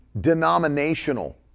denominational